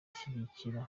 ishyigikira